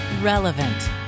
Relevant